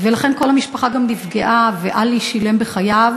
ולכן כל המשפחה נפגעה, עלי שילם בחייו